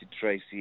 Tracy